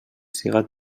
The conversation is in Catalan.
siga